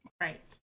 Right